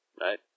right